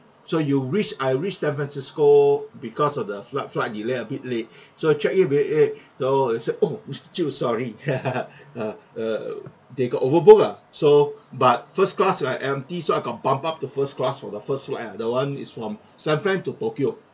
so you reach I reach san francisco because of the food flight delay a bit late so check in very late so they said oh mister chew sorry uh err they got overbooked ah so but first class are empty so I got bummed up to first class for the first flight ah that one is from san fran to tokyo